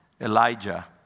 Elijah